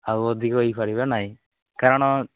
ଆଉ ଅଧିକ ହେଇ ପାରିବେ ନାହିଁ କାରଣ